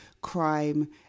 crime